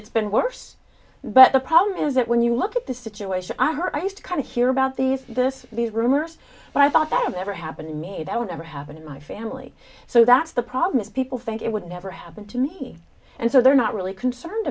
it's been worse but the problem is that when you look at the situation on her i used to kind of hear about these this the rumors but i thought that ever happened to me that would never happen in my family so that's the problem is people think it would never happen to me and so they're not really concerned